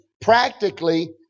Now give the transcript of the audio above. practically